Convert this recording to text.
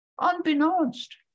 unbeknownst